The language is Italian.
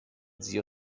zio